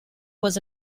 was